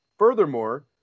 Furthermore